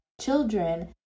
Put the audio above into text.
children